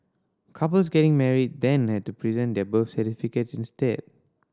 couples getting married then had to present their birth certificates instead